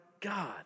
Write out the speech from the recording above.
God